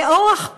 באורח פלא,